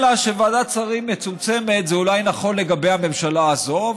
אלא שוועדת שרים מצומצמת זה אולי נכון לגבי הממשלה הזאת,